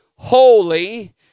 holy